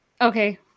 Okay